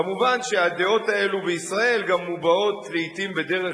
מובן שהדעות האלה בישראל גם מובעות לעתים בדרך